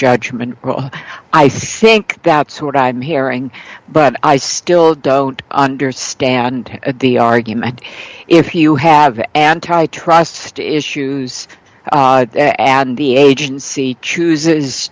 judgment i think that's what i'm hearing but i still don't understand the argument if you have antitrust issues and the agency chooses